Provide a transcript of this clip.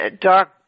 dark